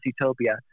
utopia